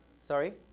Sorry